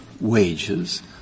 wages